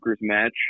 match